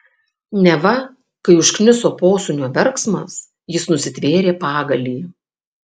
neva kai užkniso posūnio verksmas jis nusitvėrė pagalį